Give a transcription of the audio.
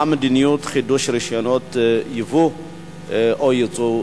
מה המדיניות של חידוש רשיונות ייבוא או ייצוא,